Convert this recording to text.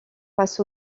face